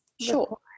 Sure